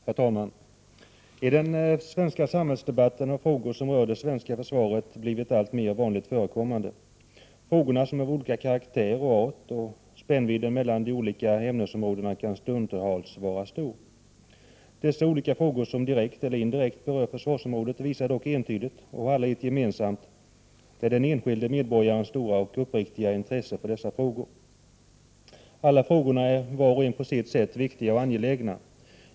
Herr talman! I den svenska samhällsdebatten har frågor som rör det svenska försvaret blivit alltmer vanliga. Frågorna är av olika karaktär, och spännvidden mellan de olika ämnesområdena kan stundtals vara stor. De olika frågor som direkt eller indirekt berör försvarsområdet visar dock entydigt, det har de alla gemensamt, den enskilde medborgarens stora och uppriktiga intresse för dessa frågor. Alla frågorna är var och en på sitt sätt viktiga.